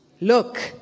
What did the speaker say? look